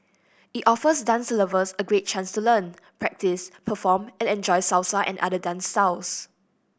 it offers dance lovers a great chance to learn practice perform and enjoy Salsa and other dance styles